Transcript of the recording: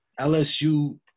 LSU